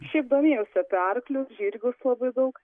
šiaip domėjausi apie arklius žirgus labai daug